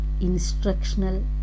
instructional